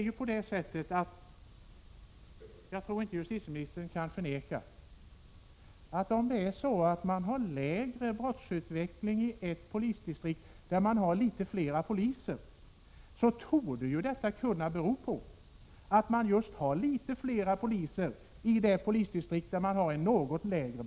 Justitieministern kan nog inte förneka, att om det är lägre brottslighet i ett polisdistrikt torde det kunna bero på att det där finns fler poliser och att — Prot. 1986/87:59 uppklaringsprocenten är högre.